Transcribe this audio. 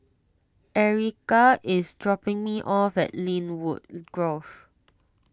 Erykah is dropping me off at Lynwood Grove